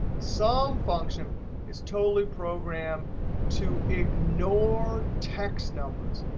sum function is totally programmed to ignore text numbers.